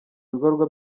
bikorwa